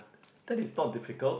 that is not difficult